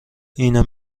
اینو